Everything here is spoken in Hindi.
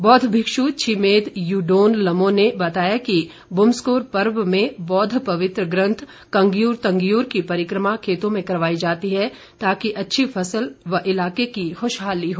बौद्ध भिक्षु छिमेद युडोन लमो ने बताया कि बुम्सकोर पर्व में बौद्व पवित्र ग्रंथ कन्जूर तन्जूर की परिक्रमा खेतों में करवाई जाती है ताकि अच्छी फसल व इलाके की खुशहाली हो